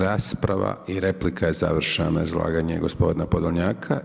Rasprava i replika je završena na izlaganje gospodina Podolnjaka.